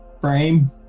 frame